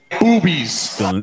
boobies